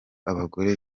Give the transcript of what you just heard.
abagore